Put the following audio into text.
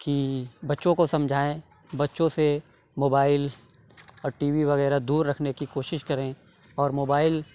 کہ بچوں کو سمجھائیں بچوں سے موبائل اور ٹی وی وغیرہ دور رکھنے کی کوشش کریں اور موبائل